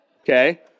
okay